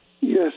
Yes